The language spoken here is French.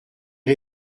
des